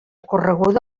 correguda